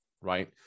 right